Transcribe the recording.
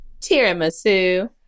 Tiramisu